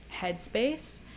headspace